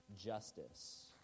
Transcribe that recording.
justice